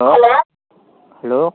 hello hello